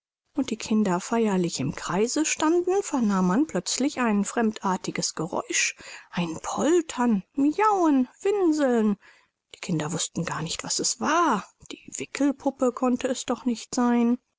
und die kinder feierlich im kreise standen vernahm man plötzlich ein fremdartiges geräusch ein poltern miauen winseln die kinder wußten gar nicht was es war die wickelpuppe konnte es doch nicht sein